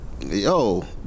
Yo